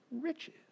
riches